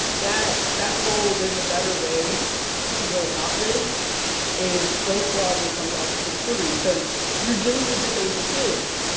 that, that whole there's a better way to go about this is so flawed when it comes to autistic children because you're dealing with disabled kids.